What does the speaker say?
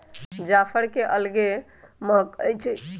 जाफर के अलगे महकइ छइ